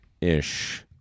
Ish